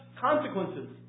consequences